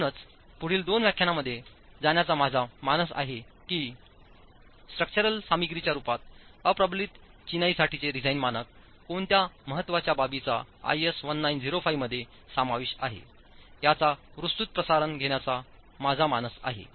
म्हणूनच पुढील दोन व्याख्यानांमध्ये जाण्याचा माझा मानस आहे की स्ट्रक्चरल सामग्रीच्या रूपात अप्रबलित चिनाईसाठीचे डिझाइन मानक कोणत्या महत्त्वाच्या बाबींचा IS 1905 मध्ये समावेश आहे याचा विस्तृत प्रसारण घेण्याचा माझा मानस आहे